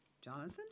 Jonathan